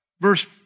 verse